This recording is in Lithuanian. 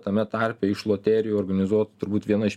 tame tarpe iš loterijų organizuotų turbūt viena iš